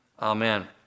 Amen